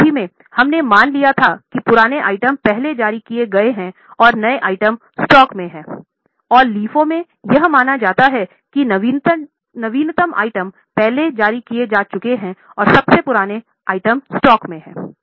FIFO विधि में हमने मान लिया था कि पुराने आइटम पहले जारी किए गए हैं और नया आइटम स्टॉक में है और LIFO में यह माना जाता है कि नवीनतम आइटम पहले ही जारी किए जा चुके हैं और सबसे पुराने आइटम स्टॉक में हैं